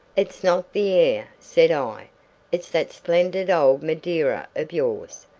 it's not the air, said i it's that splendid old madeira of yours,